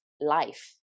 life